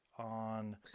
on